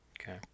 Okay